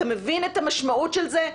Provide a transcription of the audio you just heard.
אתה מבין את המשמעות של זה?